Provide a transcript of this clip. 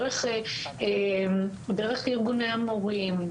דרך ארגוני המורים,